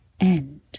end